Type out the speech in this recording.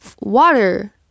water